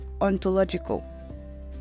ontological